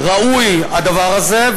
ראוי הדבר הזה,